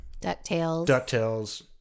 DuckTales